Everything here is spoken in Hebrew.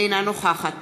אינה נוכחת